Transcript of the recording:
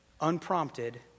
unprompted